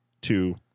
two